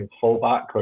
fullback